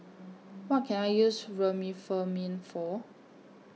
What Can I use Remifemin For